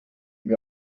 mir